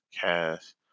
Cast